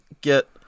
get